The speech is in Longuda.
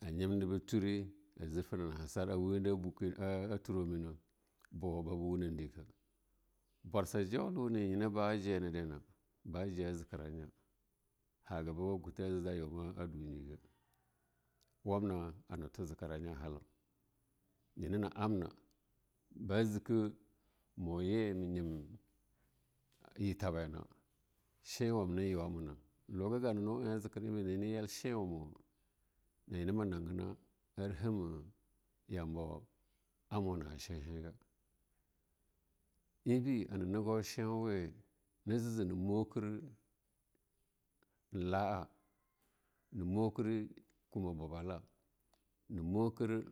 a nyebde ba ture a jir fena ha na hasar a wenda a fiuromene buba bu wuma deka, bwarsu jauleu me ba jere na ba je a jekira nya, haga bu kuta dam ba ja'a yiwama dunye ge, wamna hana twa a jekira nga halau nyina abna ba jeke mu ye ma nyibyir ta bai na shenwamna en yuwa muna huga gananua ali jikirwa we be ebe na nyena ma nagana ar hama yambaw amuna shehega. tbi hana negu shewewa na je-je je na mukir in ha'ana mukir kuma bwabala ni nu kir.